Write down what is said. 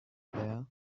there